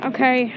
Okay